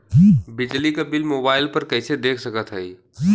बिजली क bill mobile पर कईसे देख सकत हई?